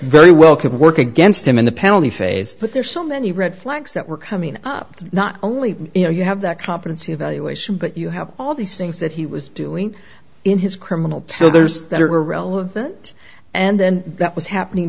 very well could work against him in the penalty phase but there are so many red flags that were coming up that not only you know you have that competency evaluation but you have all these things that he was doing in his criminal so there's that are relevant and then that was happening